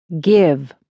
give